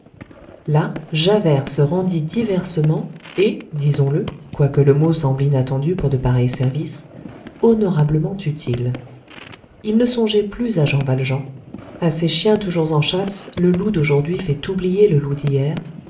là javert se rendit diversement et disons-le quoique le mot semble inattendu pour de pareils services honorablement utile il ne songeait plus à jean valjean à ces chiens toujours en chasse le loup d'aujourd'hui fait oublier le loup d'hier